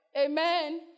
Amen